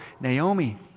Naomi